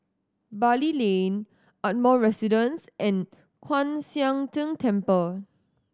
Bali Lane Ardmore Residence and Kwan Siang Tng Temple